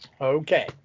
Okay